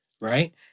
Right